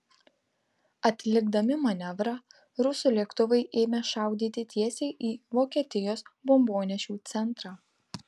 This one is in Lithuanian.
atlikdami manevrą rusų lėktuvai ėmė šaudyti tiesiai į vokietijos bombonešių centrą